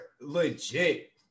legit